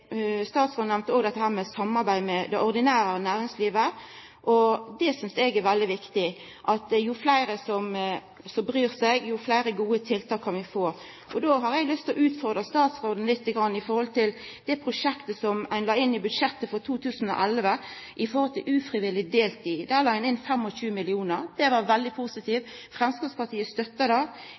Statsråden nemnde òg samarbeid med det ordinære næringslivet. Det synest eg er veldig viktig – jo fleire som bryr seg, jo fleire gode tiltak kan vi få. Då har eg lyst til å utfordra statsråden litt i forhold til det prosjektet som ein la inn i statsbudsjettet for 2011 om ufrivillig deltid. Der la ein inn 25 mill. kr. Det var veldig positivt. Framstegspartiet støttar det.